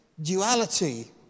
duality